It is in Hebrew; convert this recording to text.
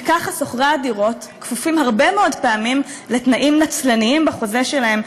וככה שוכרי הדירות כפופים הרבה מאוד פעמים לתנאים נצלניים בחוזה שלהם,